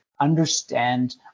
understand